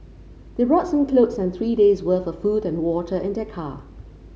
they brought some clothes and three days' worth of food and water in their car